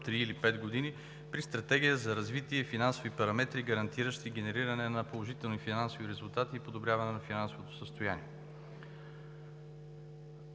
или пет години, при стратегия за развитие и финансови параметри, гарантиращи генериране на положителни финансови резултати и подобряване на финансовото състояние.